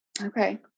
Okay